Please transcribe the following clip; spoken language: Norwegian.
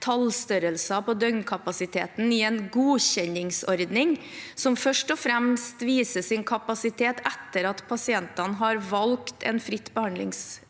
tallstør relser på døgnkapasiteten i en godkjenningsordning som først og fremst viser sin kapasitet etter at pasientene har valgt en fritt behandlingsvalg-aktør.